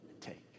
Take